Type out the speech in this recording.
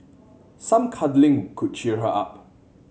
some cuddling could cheer her up